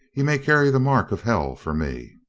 he may carry the mark of hell for me.